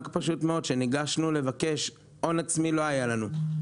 לא היה לנו הון עצמי,